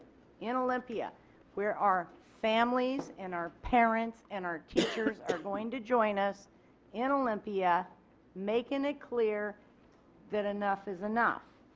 in olympia where our families and our parents and our teachers are going to join us in olympia making it clear that enough is enough.